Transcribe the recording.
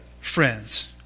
friends